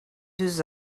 deux